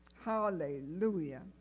Hallelujah